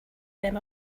them